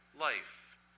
life